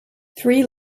three